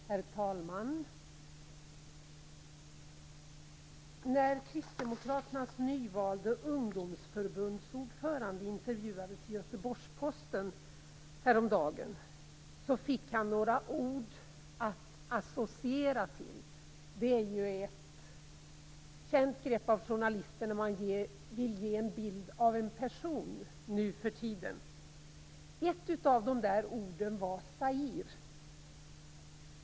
Herr talman! När kristdemokraternas nyvalde ungdomsförbundsordförande intervjuades i Göteborgsposten häromdagen fick han några ord att associera till. Det är ju ett känt grepp av journalister när de vill ge en bild av en person nu för tiden. Ett av dessa ord var Zaire.